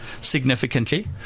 significantly